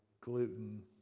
gluten